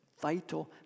vital